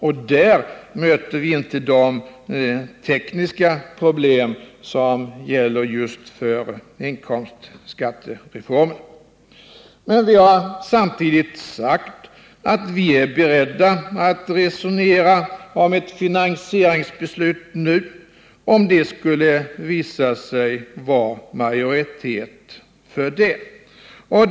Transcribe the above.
Och där möter vi inte de tekniska problem som gäller just för inkomstskattereformen. Men vi har samtidigt sagt att vi är beredda att resonera om ett finansieringsbeslut nu, ifall det skulle visa sig vara majoritet för det.